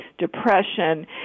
depression